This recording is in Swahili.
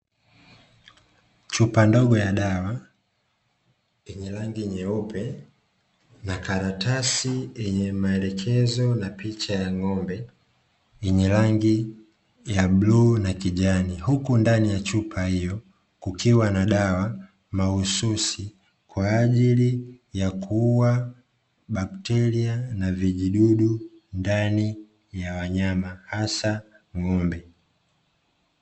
Chupa ndogo ya dawa yenye rangi nyeupe, na karatasi yenye maelekezo na picha ya Ng'ombe yenye rangi ya bluu, na Kijani, huku ndani ya chupa hiyo kukiwa na dawa mahususi kwaajili ya kuuwa bakteria na vijidudu ndani ya wanyama hasa Ng'ombe.